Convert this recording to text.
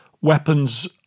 weapons